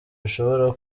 bishobora